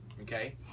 okay